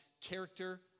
character